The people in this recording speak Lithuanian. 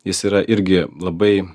jis yra irgi labai